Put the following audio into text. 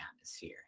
atmosphere